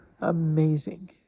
Amazing